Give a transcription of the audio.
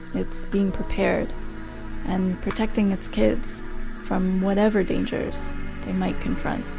it's being prepared and protecting its kids from whatever dangers they might confront